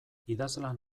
idazlan